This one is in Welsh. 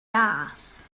gath